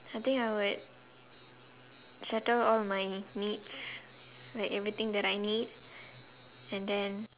I think I would settle all my needs like everything that I need and then